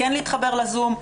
כן להתחבר לזום,